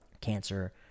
cancer